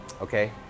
okay